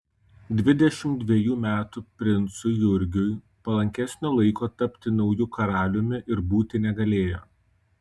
dvidešimt dvejų metų princui jurgiui palankesnio laiko tapti nauju karaliumi ir būti negalėjo